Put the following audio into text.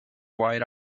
white